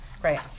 great